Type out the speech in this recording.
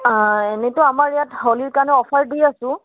এনেতো আমাৰ ইয়াত হোলীৰ কাৰণে অফাৰ দি আছোঁ